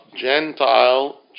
Gentile